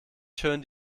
schön